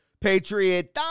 Patriot